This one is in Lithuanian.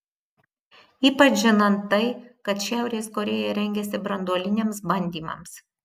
ypač žinant tai kad šiaurės korėja rengiasi branduoliniams bandymams